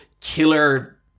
killer